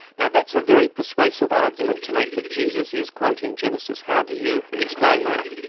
now that's a very persuasive argument to make that jesus is quoting genesis. how do you explain that?